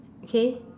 okay